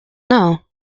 know